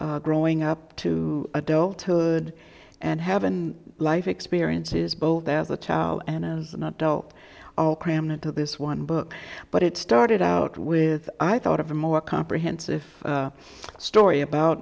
child growing up to adulthood and haven't life experiences both as a child and as an adult all crammed into this one book but it started out with i thought of a more comprehensive story about